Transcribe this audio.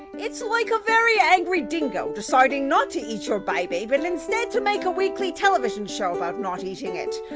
it's like a very angry dingo deciding not to eat your baby but instead to make a weekly television show about not eating it,